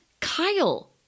Kyle